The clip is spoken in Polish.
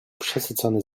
przesycony